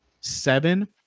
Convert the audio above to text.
seven